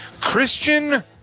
Christian